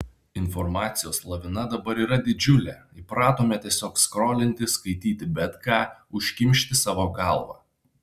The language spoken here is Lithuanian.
informacijos lavina dabar yra didžiulė įpratome tiesiog skrolinti skaityti bet ką užkimšti savo galvą